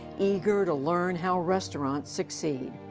eager to learn how restaurants succeed.